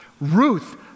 Ruth